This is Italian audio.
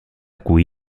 qui